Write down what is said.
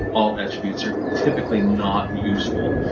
alt attributes are typically not useful.